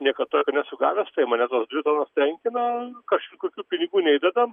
niekad tokio nesu gavęs tai mane tos dvi tonos tenkina kažkokių pinigų neįdedam